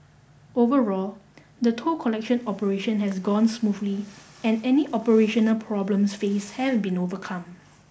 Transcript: overall the toll collection operation has gone smoothly and any operational problems faced have been overcome